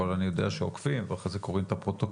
אבל אני יודע שעוקבים ואחר כך קוראים את הפרוטוקול,